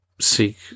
seek